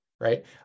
Right